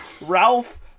Ralph